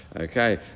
Okay